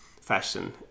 fashion